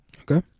Okay